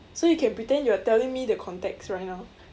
so you can pretend you're telling me the context right now